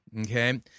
okay